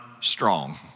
strong